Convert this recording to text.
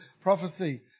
prophecy